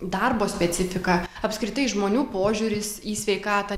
darbo specifika apskritai žmonių požiūris į sveikatą